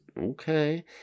okay